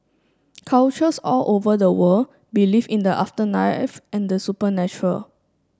cultures all over the world believe in the afterlife and the supernatural